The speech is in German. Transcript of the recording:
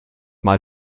mal